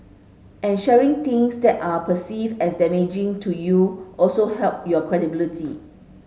and sharing things that are perceived as damaging to you also help your credibility